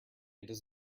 does